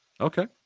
Okay